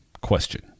question